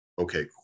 okay